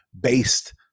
based